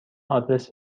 آدرس